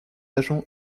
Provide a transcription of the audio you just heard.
agent